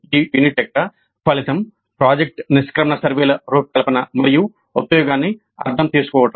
ఈ యూనిట్ యొక్క ఫలితం ప్రాజెక్ట్ నిష్క్రమణ సర్వేల రూపకల్పన మరియు ఉపయోగాన్ని అర్థం చేసుకోవడం